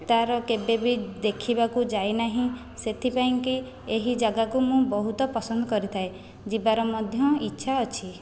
ତା'ର କେବେବି ଦେଖିବାକୁ ଯାଇ ନାହିଁ ସେଥିପାଇଁ କି ଏହି ଜାଗାକୁ ମୁଁ ବହୁତ ପସନ୍ଦ କରିଥାଏ ଯିବାର ମଧ୍ୟ ଇଚ୍ଛା ଅଛି